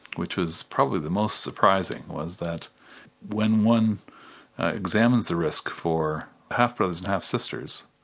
which was probably the most surprising, was that when one examines the risk for half-brothers and half-sisters,